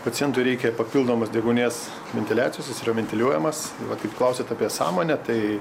pacientui reikia papildomos deguonies ventiliacijos jis yra ventiliuojamas vat kaip klausėt apie sąmonę tai